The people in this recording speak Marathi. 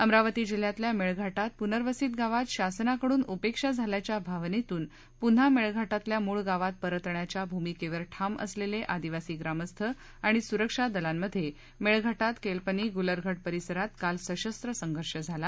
अमरावती जिल्ह्यातल्या मेळघाटात पुनर्वसित गावात शासनाकडून उपेक्षा झाल्याच्या भावनेतून पुन्हा मेळघाटातल्या मूळ गावात परतण्याच्या भूमिकेवर ठाम असलेले आदिवासी ग्रामस्थ आणि सुरक्षा दलामध्ये मेळघाटात केलपनी गुलरघट परिसरात काल सशस्त्र संघर्ष झाला